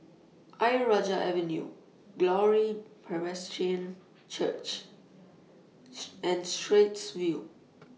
Ayer Rajah Avenue Glory Presbyterian Church and Straits View